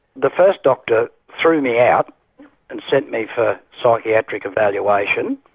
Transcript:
the first doctor threw me out and sent me for psychiatric evaluation,